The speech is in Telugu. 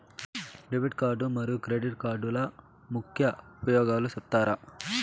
డెబిట్ కార్డు మరియు క్రెడిట్ కార్డుల ముఖ్య ఉపయోగాలు సెప్తారా?